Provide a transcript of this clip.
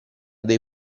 dei